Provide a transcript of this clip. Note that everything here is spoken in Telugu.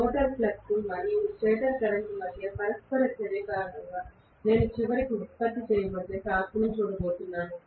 రోటర్ ఫ్లక్స్ మరియు స్టేటర్ కరెంట్ మధ్య పరస్పర చర్య కారణంగా నేను చివరికి ఉత్పత్తి చేయబడిన టార్క్ను చూడబోతున్నాను